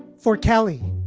for kelly,